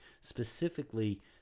specifically